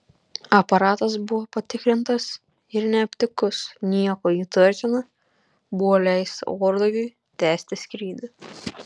aparatas buvo patikrintas ir neaptikus nieko įtartina buvo leista orlaiviui tęsti skrydį